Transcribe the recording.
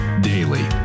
Daily